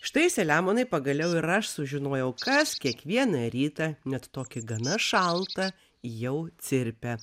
štai selemonai pagaliau ir aš sužinojau kas kiekvieną rytą net tokį gana šaltą jau cirpia